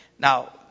Now